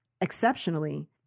exceptionally